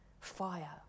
fire